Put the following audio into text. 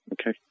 Okay